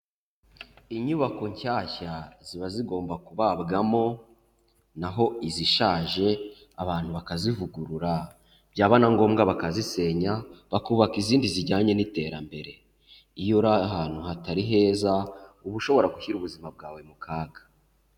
Inyubako nshyashya ziba zigomba kubabwamo, na ho izishaje abantu bakazivugurura, byaba na ngombwa bakazisenya bakubaka izindi zijyanye n'iterambere, iyo uri ahantu hatari heza, uba ushobora gushyira ubuzima bwawe mu kaga.